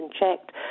checked